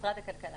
במשרד הכלכלה.